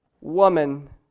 woman